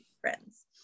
friends